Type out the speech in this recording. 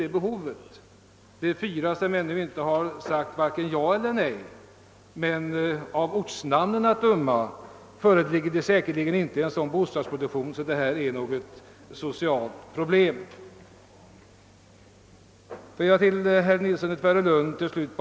Beträffande de fyra kommuner som inte lämnat besked kan man av ortsnamnen dra den slutsatsen, att det där inte föreligger en sådan bostadsproduktion. Till herr Nilsson i Tvärålund vill jag till slut.